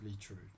true